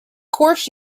course